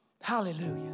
hallelujah